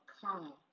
car